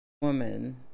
Woman